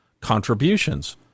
contributions